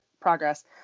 progress